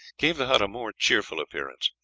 gave the hut a more cheerful appearance.